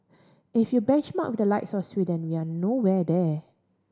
if you benchmark the likes of Sweden young nowhere there